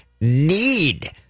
need